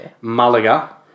Malaga